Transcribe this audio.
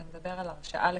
אתה מדבר על הרשאה לחיוב.